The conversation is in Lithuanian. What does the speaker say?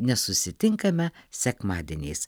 nesusitinkame sekmadieniais